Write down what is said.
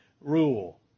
rule